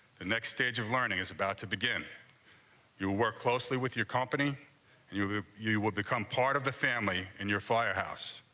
the next stage of learning is about to begin you work closely with your company you've ah you will become part of the family in your fire house.